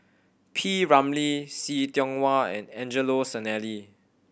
P Ramlee See Tiong Wah and Angelo Sanelli